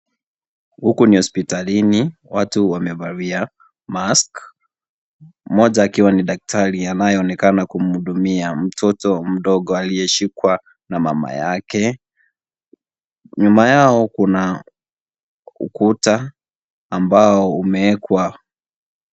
Huku ni hospitalini. Watu wamevalia mask . Mmoja akiwa ni daktari anayeonekana kumhudumia mtoto mdogo aliyeshikwa na mama yake. Nyuma yao kuna ukuta ambao umeekwa.